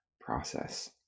process